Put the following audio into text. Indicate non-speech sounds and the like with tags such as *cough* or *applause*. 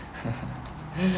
*laughs*